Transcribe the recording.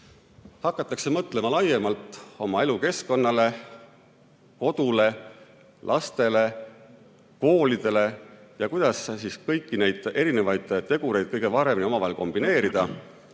Hakatakse mõtlema laiemalt oma elukeskkonnale, kodule, lastele, koolidele ja sellele, kuidas kõiki neid erinevaid tegureid kõige paremini omavahel kombineerida.